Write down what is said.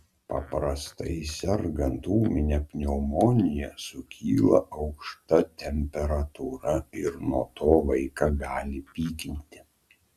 paprastai sergant ūmine pneumonija sukyla aukšta temperatūra ir nuo to vaiką gali pykinti